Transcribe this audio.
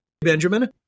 Benjamin